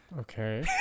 Okay